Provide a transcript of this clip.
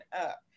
up